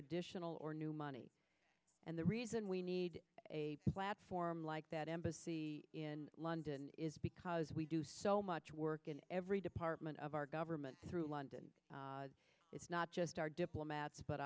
additional or new money and the reason we need a platform like that embassy in london is because we do so much work in every department of our government through london it's not just our diplomats but